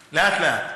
לאט-לאט.